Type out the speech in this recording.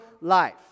life